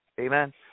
Amen